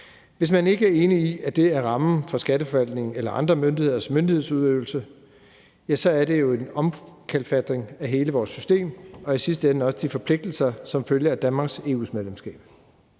Hvis man ikke er enig i, at det er rammen for Skatteforvaltningen eller andre myndigheders myndighedsudøvelse, er det jo en omkalfatring af hele vores system og i sidste ende også de forpligtelser som følge af Danmarks EU-medlemskab.